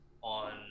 on